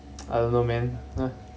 I don't know man